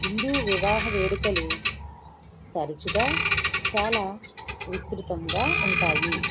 హిందు వివాహ వేడుకలు తరచుగా చాలా విస్తృతంగా ఉంటాయి